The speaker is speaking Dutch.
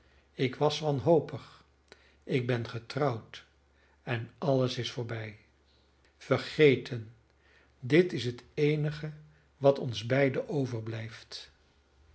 ik was wanhopig ik ben getrouwd en alles is voorbij vergeten dit is het eenige wat ons beiden overblijft